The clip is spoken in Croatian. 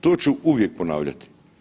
To ću uvijek ponavljati.